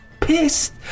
pissed